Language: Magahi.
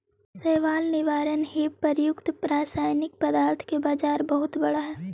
शैवाल निवारण हेव प्रयुक्त रसायनिक पदार्थ के बाजार बहुत बड़ा हई